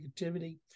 negativity